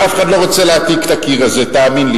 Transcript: אדוני.